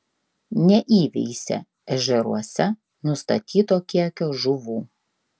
neįveisė ežeruose nustatyto kiekio žuvų